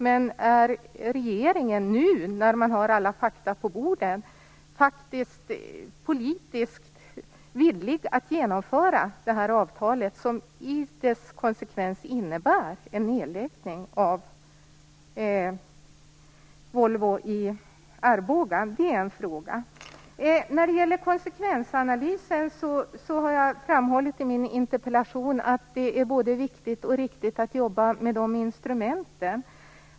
Men är regeringen nu, när man har alla fakta på bordet, faktiskt politiskt villig att genomföra det här avtalet, vars konsekvenser innebär en nedläggning av Volvo i Arboga? När det gäller konsekvensanalysen har jag i min interpellation framhållit att det är både viktigt och riktigt att jobba med det instrumentet.